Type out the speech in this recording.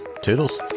Toodles